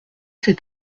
cet